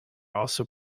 also